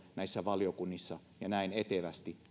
näissä valiokunnissa tällä tavalla ja näin etevästi